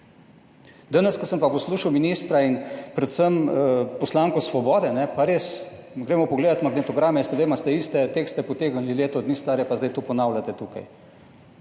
Danes, ko sem pa poslušal ministra in predvsem poslanko Svobode pa res gremo pogledati magnetograme, se da imate iste tekste potegnili leto dni stare, pa zdaj to ponavljate tukaj.